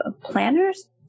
planners